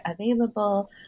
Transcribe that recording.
available